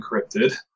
encrypted